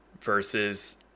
Versus